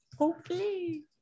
Okay